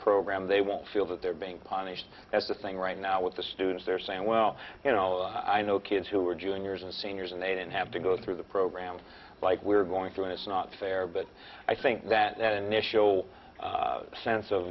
program they won't feel that they're being punished that's the thing right now with the students there saying well you know i know kids who are juniors and seniors and they didn't have to go through the program like we're going through and it's not fair but i think that that initial sense of